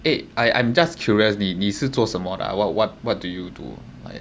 eh I I'm just curious 你你是做什么的 ah what what what do you do